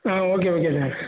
ah okay okay sir